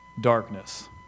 darkness